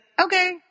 okay